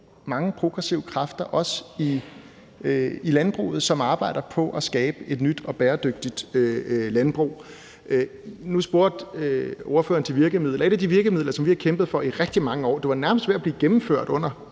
mange progressive kræfter, også i landbruget, som arbejder på at skabe et nyt og bæredygtigt landbrug. Nu spurgte ordføreren til virkemidlerne. Et af de virkemidler, som vi har kæmpet for i rigtig mange år – det var næsten ved at blive gennemført under